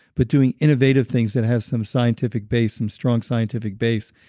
but doing innovative things that have some scientific base, some strong scientific base,